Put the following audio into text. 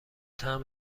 طعم